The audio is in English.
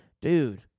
dude